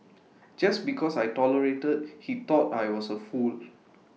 just because I tolerated he thought I was A fool